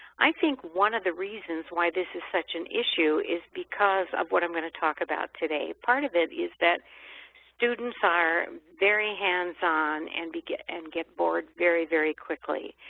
i think one of the reasons why this is such an issue is because of what i'm going to talk about today. part of it is that students are very hands on and get and get bored very, very quickly.